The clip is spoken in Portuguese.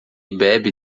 bebe